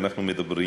כשאנחנו מדברים